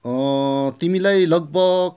तिमीलाई लगभग